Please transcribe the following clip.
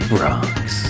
Bronx